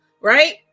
right